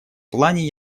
плане